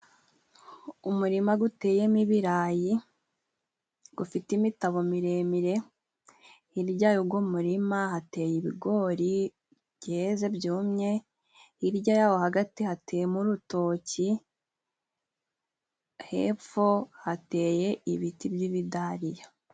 Umurima guteyemo ibirayi gufite imitabo miremire, hirya y'ugwo murima hateye ibigori byeze byumye, hirya yawo hagati hateyemo urutoki, hepfo hateye ibiti by'ibidariya.